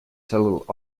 settled